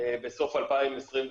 בסוף 2025,